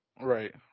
Right